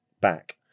back